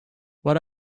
what